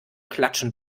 klatschen